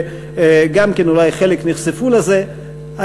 אולי חלק נחשפו לזה גם כן.